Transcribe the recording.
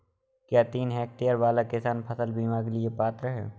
क्या तीन हेक्टेयर वाला किसान फसल बीमा के लिए पात्र हैं?